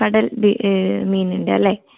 കടൽ മീ മീനിൻ്റെ അല്ലേ